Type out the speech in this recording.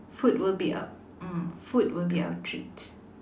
food will be uh um food will be our treat